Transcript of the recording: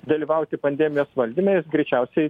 dalyvauti pandemijos valdyme jos greičiausiai